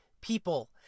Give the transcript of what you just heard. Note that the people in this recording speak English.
people